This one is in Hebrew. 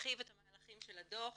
ולהרחיב את המהלכים של הדו"ח